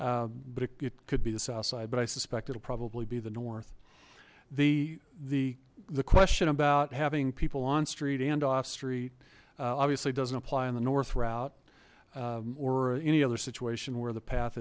but it could be the south side but i suspect it'll probably be the north the the the question about having people on street and off street obviously doesn't apply in the north route or any other situation where the path